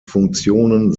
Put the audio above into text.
funktionen